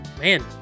Man